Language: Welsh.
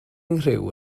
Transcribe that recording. nghriw